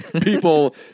People